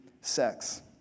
sex